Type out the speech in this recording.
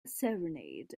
serenade